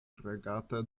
regata